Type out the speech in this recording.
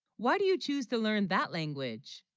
why, do you choose to learn that language